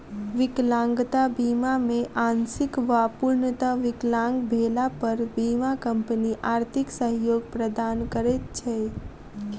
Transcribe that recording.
विकलांगता बीमा मे आंशिक वा पूर्णतः विकलांग भेला पर बीमा कम्पनी आर्थिक सहयोग प्रदान करैत छै